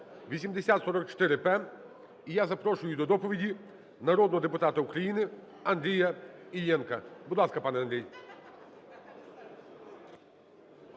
8044-П. І я запрошую до доповіді народного депутата України Андрія Іллєнка. Будь ласка, пане Андрій.